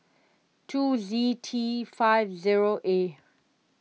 two Z T five zero A